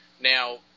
now